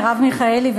מרב מיכאלי,